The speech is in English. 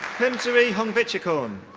pimsiri hongvityakorn.